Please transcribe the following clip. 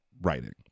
writing